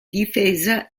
difesa